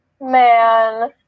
Man